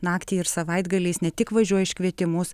naktį ir savaitgaliais ne tik važiuoja į iškvietimus